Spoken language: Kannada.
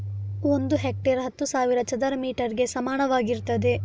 ಒಂದು ಹೆಕ್ಟೇರ್ ಹತ್ತು ಸಾವಿರ ಚದರ ಮೀಟರ್ ಗೆ ಸಮಾನವಾಗಿರ್ತದೆ